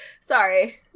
Sorry